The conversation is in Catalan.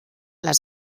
les